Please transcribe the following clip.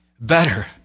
better